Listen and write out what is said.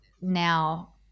now